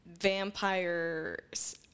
Vampires